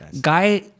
Guy